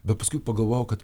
bet paskui pagalvojau kad